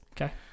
Okay